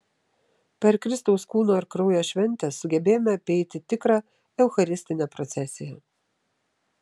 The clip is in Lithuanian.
per kristaus kūno ir kraujo šventę sugebėjome apeiti tikrą eucharistinę procesiją